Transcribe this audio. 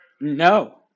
No